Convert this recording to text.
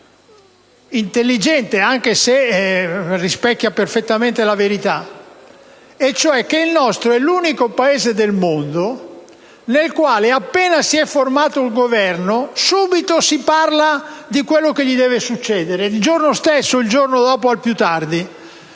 intelligente, che rispecchia perfettamente la verità. Egli ha detto che il nostro è l'unico Paese del mondo nel quale, appena si forma un Governo, subito si parla di quello che gli deve succedere, il giorno stesso o al più tardi